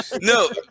No